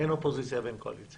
אין אופוזיציה ואין קואליציה